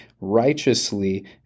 righteously